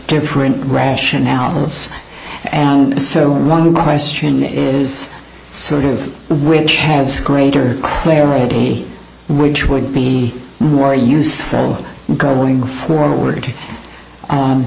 different rationale that's one question is sort of which has greater clarity which would be more useful going forward